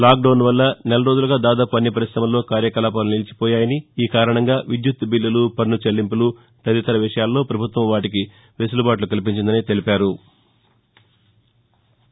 lockdown వల్ల నెల రోజులుగా దాదాపు అన్ని పరిశమల్లో కార్యకలాపాలు నిలిచిపోయాయని ఈకారణంగా విద్యుత్ బిల్లలు పన్ను చెల్లింపులు తదితర విషయాల్లో ప్రపభుత్వం వాటికి వెసులుబాట్లు కల్పించిందని తెలిపారు